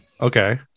Okay